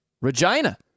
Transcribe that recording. Regina